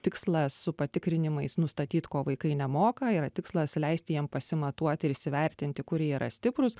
tikslas su patikrinimais nustatyt ko vaikai nemoka yra tikslas leisti jiem pasimatuoti ir įsivertinti kur jie yra stiprūs